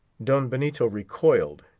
don benito recoiled,